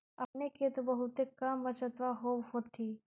अपने के तो बहुते कम बचतबा होब होथिं?